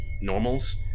normals